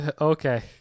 okay